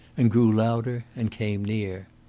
and grew louder and came near.